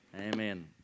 Amen